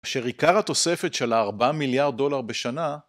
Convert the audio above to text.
אשר עיקר התוספת של ה-4 מיליארד דולר בשנה